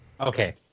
Okay